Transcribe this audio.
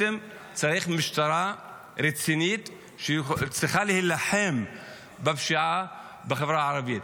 בעצם משטרה רצינית צריכה להילחם בפשיעה בחברה הערבית.